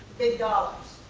big dollars.